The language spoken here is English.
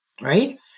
right